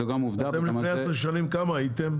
זו גם עובדה וגם על זה --- לפני עשר שנים כמה הייתם?